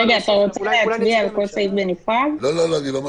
רגע, אתה רוצה להצביע על כל סעיף בנפרד?